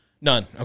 None